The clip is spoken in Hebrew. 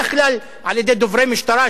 בדרך כלל על-ידי דוברי משטרה,